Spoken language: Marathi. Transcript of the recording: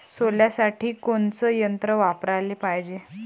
सोल्यासाठी कोनचं यंत्र वापराले पायजे?